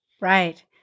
Right